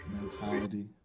mentality